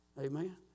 Amen